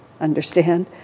understand